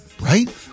right